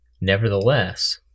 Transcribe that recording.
Nevertheless